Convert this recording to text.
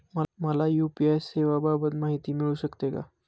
मला यू.पी.आय सेवांबाबत माहिती मिळू शकते का?